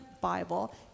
Bible